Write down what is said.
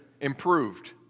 improved